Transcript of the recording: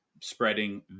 spreading